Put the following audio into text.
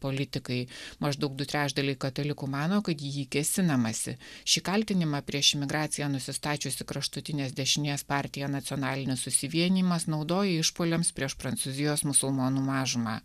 politikai maždaug du trečdaliai katalikų mano kad į jį kėsinamasi šį kaltinimą prieš imigraciją nusistačiusi kraštutinės dešinės partija nacionalinis susivienijimas naudojo išpuoliams prieš prancūzijos musulmonų mažumą